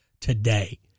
today